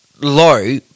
low